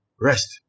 rest